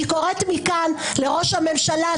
אני קוראת מכאן לראש הממשלה,